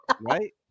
right